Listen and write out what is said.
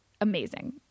Amazing